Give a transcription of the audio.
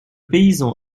paysan